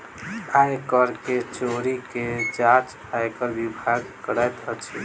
आय कर के चोरी के जांच आयकर विभाग करैत अछि